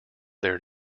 their